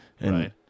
Right